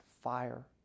fire